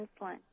insulin